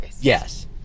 Yes